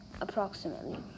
approximately